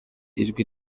ijwi